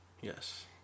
Yes